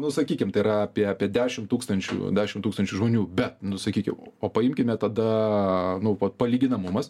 nu sakykim tai yra apie apie dešimt tūkstančių dešimt tūkstančių žmonių bet nu sakykim o paimkime tada nu vat palyginamumas